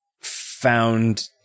found